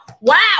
wow